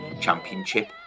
Championship